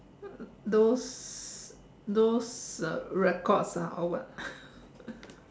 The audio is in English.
those those uh records ah or what